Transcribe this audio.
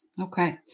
okay